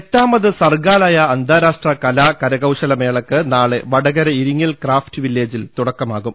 എട്ടാമത് സർഗാലയ അന്താരാഷ്ട്ര കലാ കരകൌശല മേളക്ക് നാളെ വടകര ഇരിങ്ങൽ ക്രാഫ്റ്റ് വില്ലേജിൽ തുടക്കമാകും